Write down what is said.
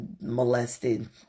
molested